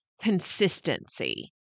consistency